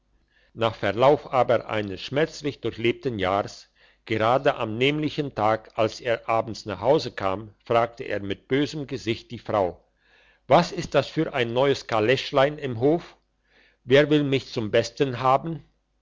nach verlauf aber eines schmerzlich durchlebten jahrs gerade am nämlichen tage als er abends nach hause kam fragt er mit bösem gesicht die frau was ist das für ein neues kaleschlein im hof wer will mich zum besten haben